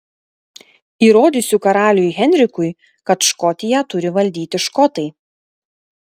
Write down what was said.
įrodysiu karaliui henrikui kad škotiją turi valdyti škotai